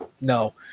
no